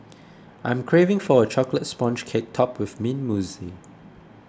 I am craving for a Chocolate Sponge Cake Topped with Mint Mousse